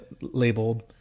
labeled